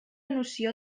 noció